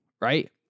Right